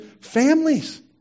families